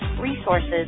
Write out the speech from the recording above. resources